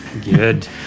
Good